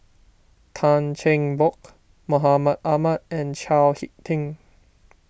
Tan Cheng Bock Mahmud Ahmad and Chao Hick Tin